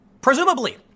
Presumably